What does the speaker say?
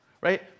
right